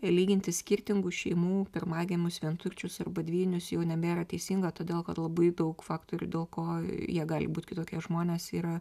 lyginti skirtingų šeimų pirmagimius vienturčius arba dvynius jau nebėra teisinga todėl kad labai daug faktorių dėl ko jie gali būt kitokie žmonės yra